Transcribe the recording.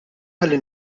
ħalli